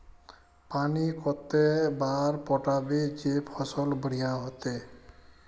पानी कते बार पटाबे जे फसल बढ़िया होते?